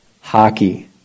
hockey